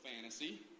fantasy